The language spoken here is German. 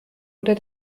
oder